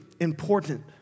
important